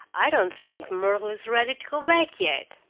i don't think myrtle is ready to go back yet.